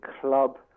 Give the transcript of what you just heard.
club